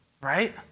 Right